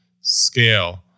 scale